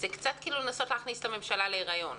זה קצת כמו לנסות להכניס את הממשלה להיריון.